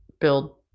build